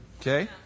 Okay